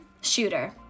Shooter